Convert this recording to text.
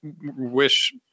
wish